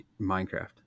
Minecraft